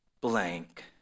blank